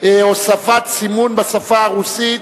(הוספת סימון בשפה הרוסית),